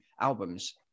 albums